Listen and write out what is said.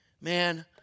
Man